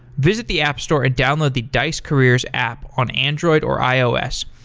visit the app store and download the dice careers app on android or ios.